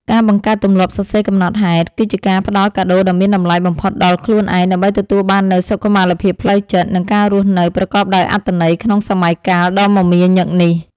ការបង្កើតទម្លាប់សរសេរកំណត់ហេតុ គឺជាការផ្ដល់កាដូដ៏មានតម្លៃបំផុតដល់ខ្លួនឯង ដើម្បីទទួលបាននូវ សុខុមាលភាពផ្លូវចិត្ត និងការរស់នៅប្រកបដោយអត្ថន័យក្នុងសម័យកាលដ៏មមាញឹកនេះ។